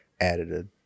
added